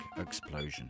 Explosion